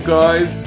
guys